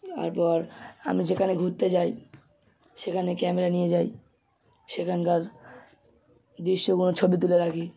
তারপর আমি যেখানে ঘুরতে যাই সেখানে ক্যামেরা নিয়ে যাই সেখানকার দৃশ্যগুলোর ছবি তুলে রাখি